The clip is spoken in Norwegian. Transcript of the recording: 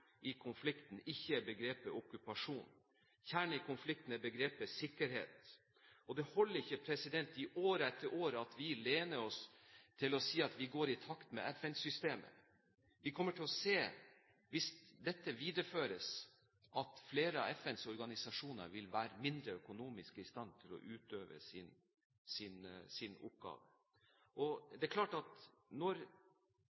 i konflikten er begrepet «sikkerhet». Det holder ikke i år etter år at vi lener oss på å si at vi går i takt med FN-systemet. Hvis dette videreføres, kommer vi til å se at flere av FNs organisasjoner vil være mindre økonomisk i stand til å utøve sin